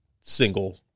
single